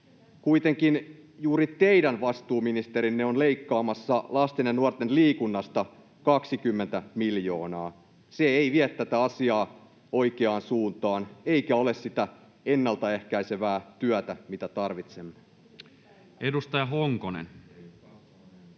Kuitenkin juuri teidän vastuuministerinne on leikkaamassa lasten ja nuorten liikunnasta 20 miljoonaa. Se ei vie tätä asiaa oikeaan suuntaan eikä ole sitä ennalta ehkäisevää työtä, mitä tarvitsemme. Edustaja Honkonen.